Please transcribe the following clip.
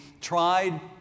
tried